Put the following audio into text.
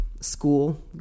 school